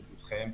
ברשותכם.